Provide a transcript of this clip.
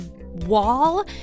wall